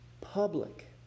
Public